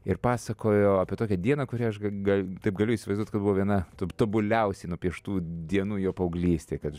ir pasakojo apie tokią dieną kurią aš g ga taip galiu įsivaizduot kad buvo viena tob tobuliausiai nupieštų dienų jo paauglystėj kad